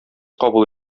кабул